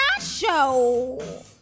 show